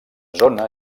zona